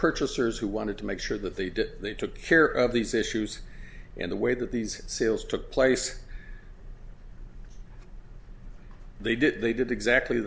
purchasers who wanted to make sure that they did they took care of these issues in the way that these seals took place they did they did exactly